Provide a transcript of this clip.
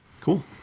Cool